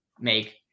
make